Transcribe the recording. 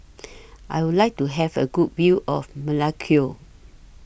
I Would like to Have A Good View of Melekeok